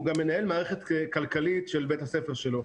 גם מנהל מערכת כלכלית של בית הספר שלו.